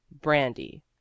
brandy